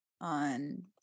on